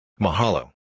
Mahalo